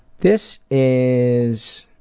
this is